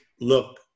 look